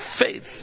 faith